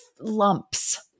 lumps